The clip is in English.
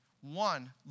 One